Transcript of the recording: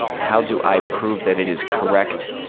how do i prove that it is correct?